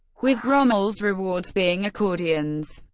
with rommel's rewards being accordions.